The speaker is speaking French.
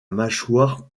mâchoire